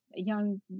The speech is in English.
young